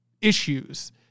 issues